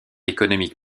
économique